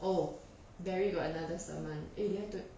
oh barry got another saman eh did I told